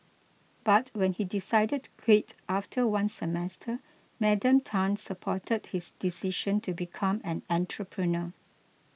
but when he decided to quit after one semester Madam Tan supported his decision to become an entrepreneur